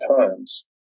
times